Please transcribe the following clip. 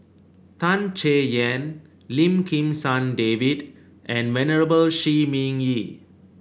Tan Chay Yan Lim Kim San David and Venerable Shi Ming Yi